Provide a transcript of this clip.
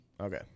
okay